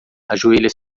ajoelha